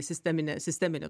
sisteminę sisteminę